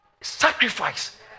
Sacrifice